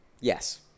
Yes